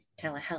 telehealth